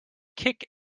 kick